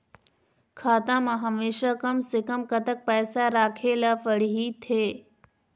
खाता मा हमेशा कम से कम कतक पैसा राखेला पड़ही थे?